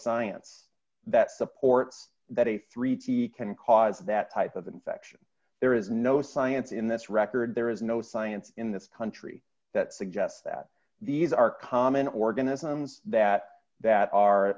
science that supports that a three t can cause that type of infection there is no science in this record there is no science in this country that suggests that these are common organisms that that are